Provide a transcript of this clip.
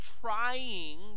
trying